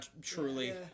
truly